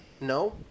No